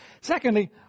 Secondly